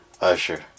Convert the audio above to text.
Usher